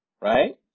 Right